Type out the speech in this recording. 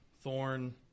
Thorn